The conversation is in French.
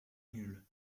nulle